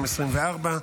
4,